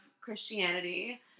Christianity